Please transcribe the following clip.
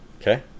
Okay